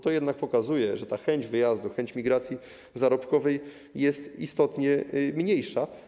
To pokazuje, że chęć wyjazdu, chęć migracji zarobkowej jest istotnie mniejsza.